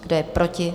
Kdo je proti?